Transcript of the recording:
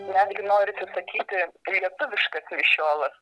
netgi norisi sakyti lietuviškas mišiolas